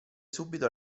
subito